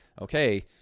okay